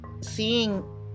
seeing